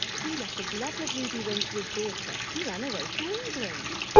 he left a blood-red ruby ring to his daughter who ran away to england.